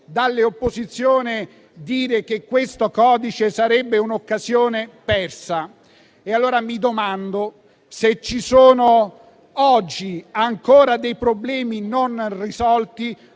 dalle opposizioni dire che questo codice sarebbe un'occasione persa. Io mi domando: se ci sono, ancora oggi, dei problemi non risolti,